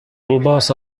الباص